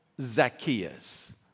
Zacchaeus